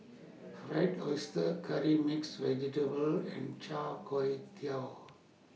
Fried Oyster Curry Mixed Vegetable and Char Kway Teow